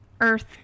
earth